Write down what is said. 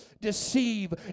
deceive